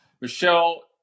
Michelle